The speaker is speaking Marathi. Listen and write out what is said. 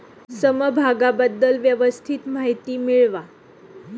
समभागाबद्दल व्यवस्थित माहिती मिळवा